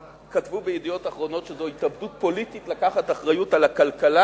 כתבו ב"ידיעות אחרונות" שזאת התאבדות פוליטית לקחת אחריות על הכלכלה,